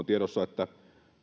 tiedossa että